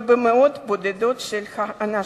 במאות בודדות של אנשים.